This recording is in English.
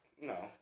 no